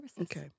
Okay